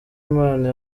imana